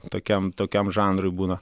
tokiam tokiam žanrui būna